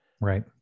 right